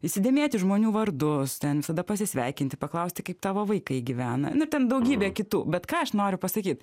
įsidėmėti žmonių vardus ten visada pasisveikinti paklausti kaip tavo vaikai gyvena na ir ten daugybė kitų bet ką aš noriu pasakyt